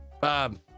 Bob